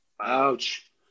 Ouch